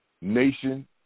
nation